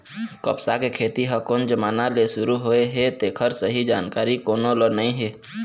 कपसा के खेती ह कोन जमाना ले सुरू होए हे तेखर सही जानकारी कोनो ल नइ हे